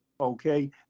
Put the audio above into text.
okay